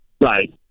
right